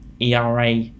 ERA